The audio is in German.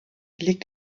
liegt